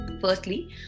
Firstly